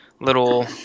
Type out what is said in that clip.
little